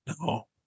No